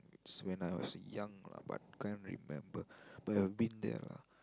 is when I was young lah but can't remember but I've been there lah